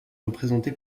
représenté